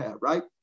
right